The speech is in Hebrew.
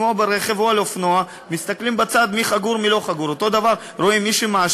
אם מישהו רוצה